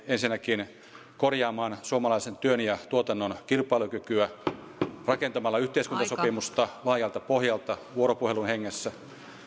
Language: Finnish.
ensinnäkin korjaamaan suomalaisen työn ja tuotannon kilpailukykyä rakentamalla yhteiskuntasopimusta laajalta pohjalta vuoropuheluhengessä